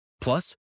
Plus